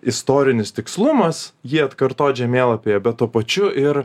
istorinis tikslumas jį atkartot žemėlapyje bet tuo pačiu ir